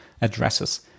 addresses